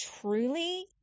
truly